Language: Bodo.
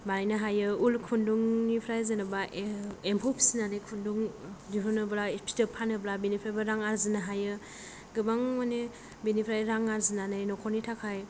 बानायनो हायो ऊल खुन्दुंनिफ्राय जेनेबा एम एम्फौ फिसिनानै खुन्दुं दिहुनोब्ला फिथोब फानोब्ला बेनिफ्राइबो रां आरजिनो हायो गोबां मानि बेनिफ्राय रां आरजिनानै नखरनि थाखाय